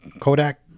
Kodak